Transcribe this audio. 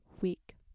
week